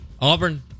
Auburn